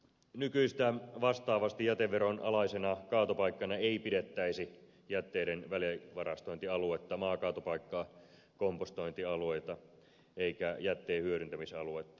nykyistä vastaavasti jäteveron alaisena kaatopaikkana ei pidettäisi jätteiden välivarastointialuetta maakaatopaikkaa kompostointialueita eikä jätteen hyödyntämisaluetta